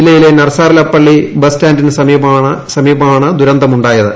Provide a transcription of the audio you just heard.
ജില്ലിയിലെ Narsarlapalli bus സ്റ്റാന്റിനു സമീപമാണ് ദുരന്തമുണ്ടായത്